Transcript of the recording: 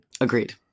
Agreed